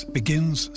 begins